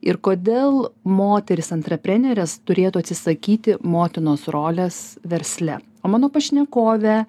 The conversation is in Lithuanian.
ir kodėl moterys antraprenerės turėtų atsisakyti motinos rolės versle o mano pašnekovė